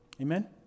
Amen